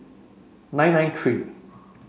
nine nine three